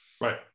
Right